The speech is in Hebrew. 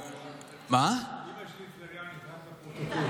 אימא שלי היא טבריינית, רק לפרוטוקול.